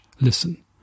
listen